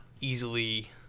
easily